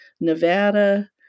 Nevada